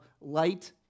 light